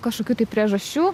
kažkokių priežasčių